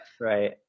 right